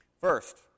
First